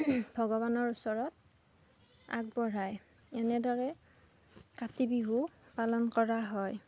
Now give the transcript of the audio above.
ভগৱানৰ ওচৰত আগবঢ়ায় এনেদৰে কাতি বিহু পালন কৰা হয়